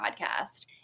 podcast